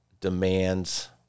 demands